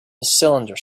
cylinder